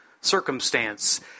circumstance